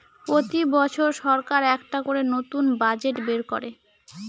প্রতি বছর সরকার একটা করে নতুন বাজেট বের করে